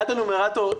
עד הנומרטור,